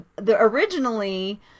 originally